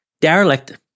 derelict